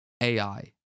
AI